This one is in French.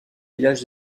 villages